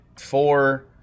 four